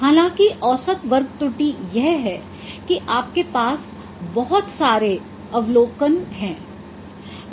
हालाँकि औसत वर्ग त्रुटि यह है कि आपके पास बहुत सारे अवलोकन हैं